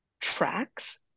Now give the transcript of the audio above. tracks